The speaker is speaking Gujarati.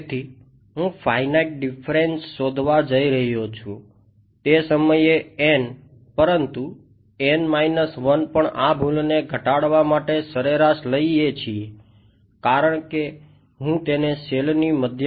તેથી હું ફાઈનાઈટ ડિફરેન્સ શોધવા જઇ રહ્યો છું તે સમયે n પરંતુ n 1 પણ આ ભૂલને ઘટાડવા માટે સરેરાશ લઇએ છીએ કારણ કે હું તેને સેલ ઉપર